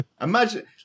Imagine